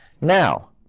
Now